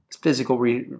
physical